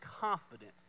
confident